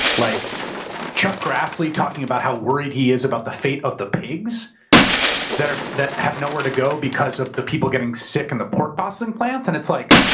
like chuck grassley talking about how worried he is about the fate of the pigs that ah that have nowhere to go because of the people getting sick in and the pork processing plant. and it's like,